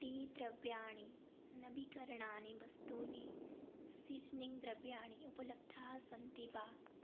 T द्रव्याणि नवीकरणानि वस्तूनि सीज्निङ्ग् द्रव्याणि उपलब्धानि सन्ति वा